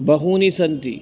बहूनि सन्ति